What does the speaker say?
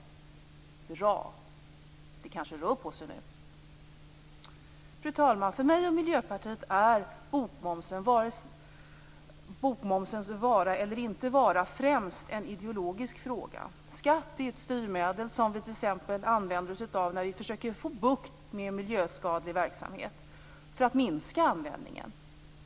Bra! Det kanske rör på sig nu. Fru talman! För mig och Miljöpartiet är bokmomsens vara eller inte vara främst en ideologisk fråga. Skatt är ett styrmedel som vi t.ex. använder oss av när vi försöker få bukt med miljöskadlig verksamhet för att minska användningen.